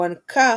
הוענקה